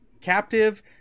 captive